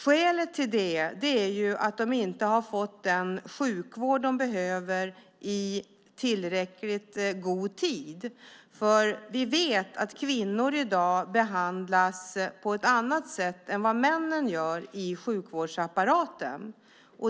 Skälet till det är att de inte i tillräckligt god tid har fått den sjukvård de behöver. Vi vet att kvinnor i dag behandlas på annat sätt än männen i sjukvårdsapparaten.